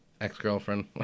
ex-girlfriend